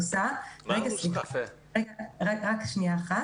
רק שנייה.